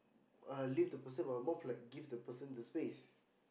uh leave the person but more of like give the person the space